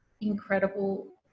incredible